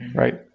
right?